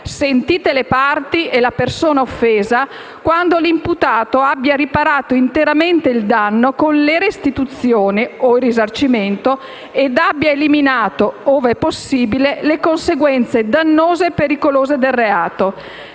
sentite le parti e la persona offesa, quando l'imputato abbia riparato interamente il danno con le restituzioni o il risarcimento ed abbia eliminato, ove possibile, le conseguenze dannose e pericolose del reato.